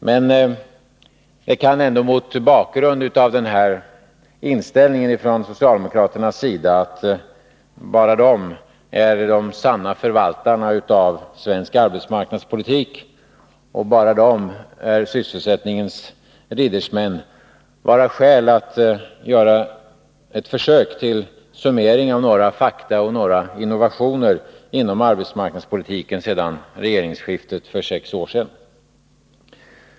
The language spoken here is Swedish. Men det kan ändå mot bakgrund av denna inställning från socialdemokraternas sida, att bara de är de sanna förvaltarna av svensk arbetsmarknadspolitik och bara de är sysselsättningens riddersmän, vara skäl att göra ett försök till summering av några fakta och några innovationer inom arbetsmarknadspolitiken sedan regeringsskiftet för sex år sedan.